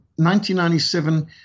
1997